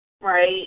right